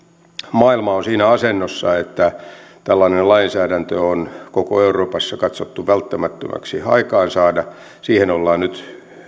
maailma on siinä asennossa että tällainen lainsäädäntö on koko euroopassa katsottu välttämättömäksi aikaansaada siihen ollaan nyt